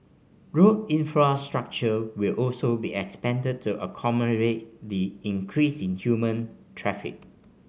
road infrastructure will also be expanded to accommodate the increase in human traffic